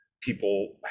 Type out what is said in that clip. people